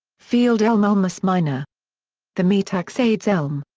field elm ulmus minor the metaxades elm.